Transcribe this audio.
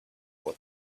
what